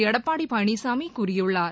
எடப்பாடிபழனிசாமிகூறியுள்ளார்